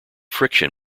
friction